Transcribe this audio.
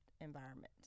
environment